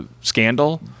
scandal